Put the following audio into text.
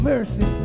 Mercy